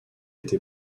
été